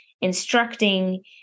instructing